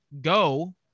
go